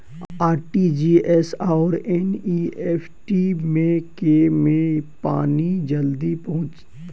RTGS आओर NEFT मे केँ मे पानि जल्दी पहुँचत